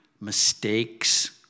mistakes